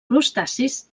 crustacis